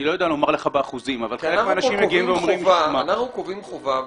אני לא יודע לומר לך באחוזים אבל -- כי אנחנו פה קובעים חובה,